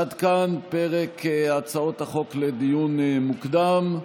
עד כאן פרק הצעות החוק לדיון מוקדם.